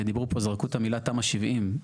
זרקו את המילה תמ"א 70,